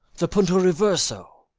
the punto reverso!